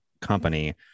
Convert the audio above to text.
company